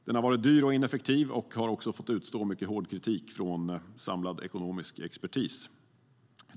Den har varit dyr och ineffektiv och har också fått utstå hård kritik från samlad ekonomisk expertis.